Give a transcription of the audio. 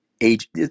age